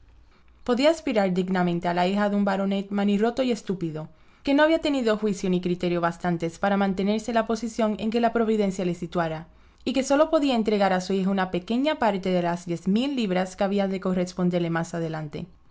podía aspirar dignamente a la hija de un baronet manirroto y estúpido que no había tenido juicio ni criterio bastantes para mantenerse en la posición en que la providencia le situara y que sólo podía entregar a su hija una pequeña parte de las diez mil libras que habían de corresponderle más adelante